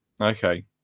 Okay